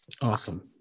Awesome